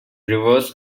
reserve